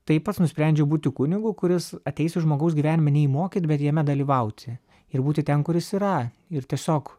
tai pats nusprendžiau būti kunigu kuris ateis į žmogaus gyvenimą ne jį mokyti bet jame dalyvauti ir būti ten kur jis yra ir tiesiog